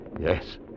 Yes